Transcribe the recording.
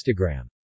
Instagram